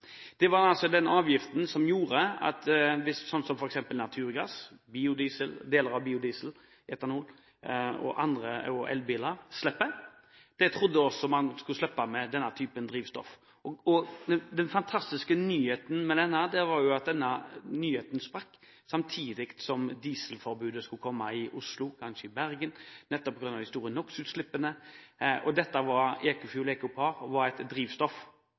Det var altså slik at hvis f.eks. naturgass, deler av biodiesel, etanol og elbiler slipper den avgiften, trodde man også at man skulle slippe for denne typen drivstoff. Den fantastiske med dette var at nyheten sprakk samtidig som dieselforbudet skulle komme i Oslo, kanskje i Bergen, nettopp på grunn av de store NOx–utslippene. Dette gjaldt EcoFuel, EcoPar, som var et drivstoff